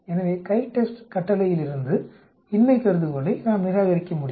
எனவே CHI TEST கட்டளையிலிருந்து இன்மை கருதுகோளை நாம் நிராகரிக்க முடியும்